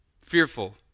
fearful